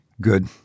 good